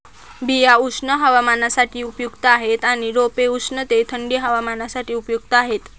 बिया उष्ण हवामानासाठी उपयुक्त आहेत आणि रोपे उष्ण ते थंडी हवामानासाठी उपयुक्त आहेत